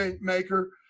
maker